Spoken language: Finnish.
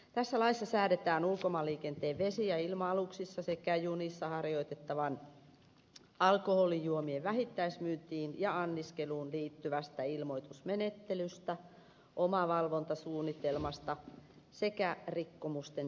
tässä laissa säädetään ulkomaanliikenteen vesi ja ilma aluksissa sekä junissa harjoitettavaan alkoholijuomien vähittäismyyntiin ja anniskeluun liittyvästä ilmoitusmenettelystä omavalvontasuunnitelmasta sekä rikkomusten seuraamuksista